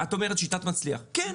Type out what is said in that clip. את אומרת שיטת מצליח כן,